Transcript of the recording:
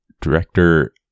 director